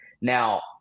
Now